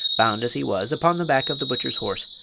bound as he was, upon the back of the butcher's horse,